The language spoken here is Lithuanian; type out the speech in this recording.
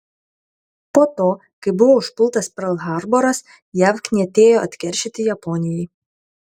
po to kai buvo užpultas perl harboras jav knietėjo atkeršyti japonijai